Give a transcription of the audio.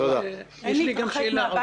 עכשיו נתחיל לשמוע את